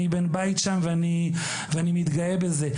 אני בן בית שם ואני מתגאה בזה.